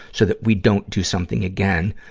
so that we don't do something again.